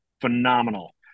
phenomenal